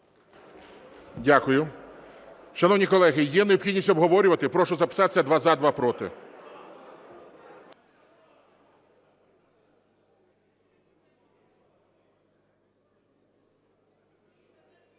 Дякую. Шановні колеги, є необхідність обговорювати? Прошу записатися: два – за, два – проти.